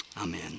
Amen